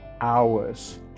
hours